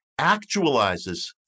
actualizes